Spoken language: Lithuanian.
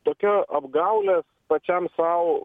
tokia apgaulė pačiam sau